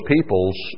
peoples